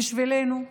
בשבילנו?